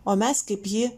o mes kaip ji